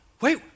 Wait